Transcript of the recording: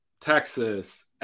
Texas